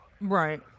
Right